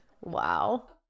wow